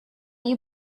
you